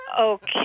Okay